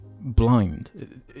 blind